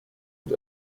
und